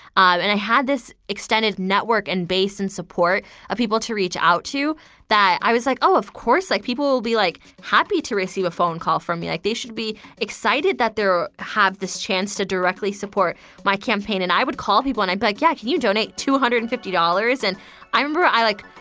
and i had this extended network and base and support of people to reach out to that i was like, oh, of course, like, people will be, like, happy to receive a phone call from me. like, they should be excited that they're have this chance to directly support my campaign. and i would call people. and i'd be like, yeah, can you donate two hundred and fifty dollars? and i remember i, like,